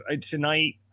tonight